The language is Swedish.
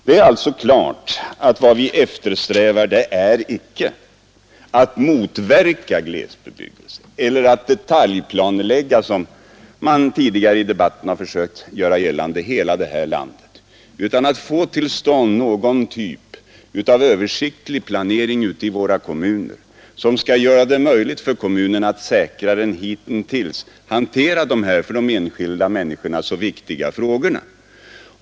Det är alltså klart att vad vi eftersträvar icke är att motverka glesbebyggelse eller — som man försökt göra gällande tidigare i debatten — att detaljplanlägga hela det här landet utan att få till stånd någon typ av översiktlig planering ute i våra kommuner som gör det möjligt för kommunerna att säkrare än hittills hantera de här för de enskilda människorna så viktiga frågorna.